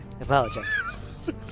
Apologize